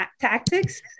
tactics